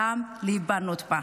גם להיבנות בה.